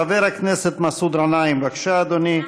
חבר הכנסת מסעוד גנאים, בבקשה, אדוני.